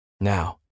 now